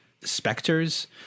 specters